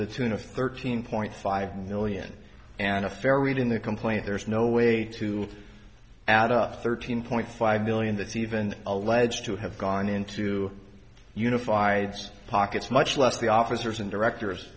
the tune of thirteen point five million and a fair read in the complaint there's no way to add up thirteen point five million that's even alleged to have gone into unified pockets much less the officers and directors